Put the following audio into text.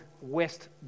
West